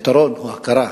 הפתרון הוא הכרה.